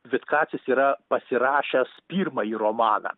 vitkacis yra pasirašęs pirmąjį romaną